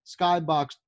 Skybox